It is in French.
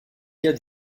cas